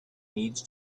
needs